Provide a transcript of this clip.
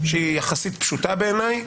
שהיא יחסית פשוטה בעיני,